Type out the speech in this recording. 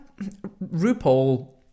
RuPaul